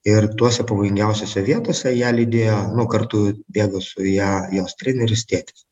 ir tuose pavojingiausiose vietose ją lydėjo nu kartu bėgo su ja jos treneris tėtis